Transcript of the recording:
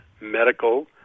medical